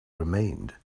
remained